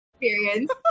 experience